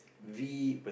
V